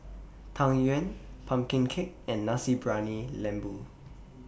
Tang Yuen Pumpkin Cake and Nasi Briyani Lembu